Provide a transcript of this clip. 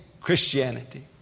Christianity